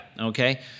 Okay